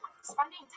Spending